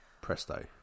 Presto